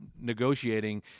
negotiating